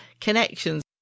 connections